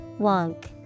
Wonk